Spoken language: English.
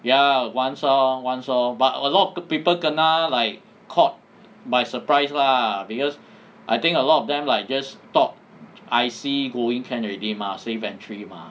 ya once lor once lor but a lot of the people kena like caught by surprise lah because I think a lot of them like just thought I_C go in can already mah safe entry mah